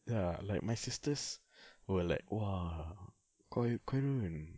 ya like my sisters were like !wah! koi koi run